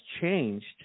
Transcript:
changed